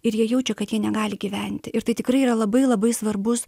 ir jie jaučia kad jie negali gyventi ir tai tikrai yra labai labai svarbus